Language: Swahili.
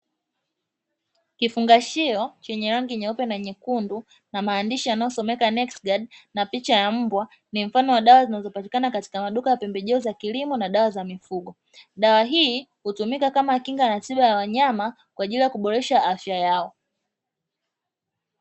Kifungashio chenye rangi nyeupe na nyekundu na maandishi yanayosomeka "nexguard" na picha ya mbwa, ni mfano wa dawa zinazopatikana katika maduka ya pembejeo za kilimo na dawa za mifugo, dawa hii hutumika kama kinga na tiba ya wanyama kwa ajili ya kuboresha afya yao.